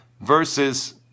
versus